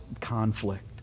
conflict